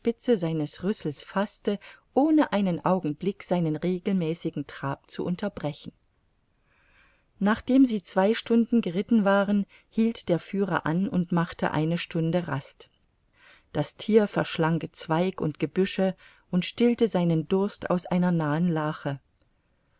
seines rüssels faßte ohne einen augenblick seinen regelmäßigen trab zu unterbrechen nachdem sie zwei stunden geritten waren hielt der führer an und machte eine stunde rast das thier verschlang gezweig und gebüsche und stillte seinen durst aus einer nahen lache